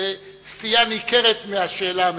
זו סטייה ניכרת מהשאלה המקורית.